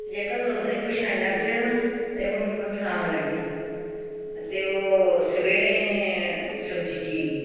जेह्का तुसेंई पुच्छेआ चांह्दे ओ न ते हून में सनान लगी आं ते ओह् सवेरे सब्जी चीरनी